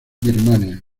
birmania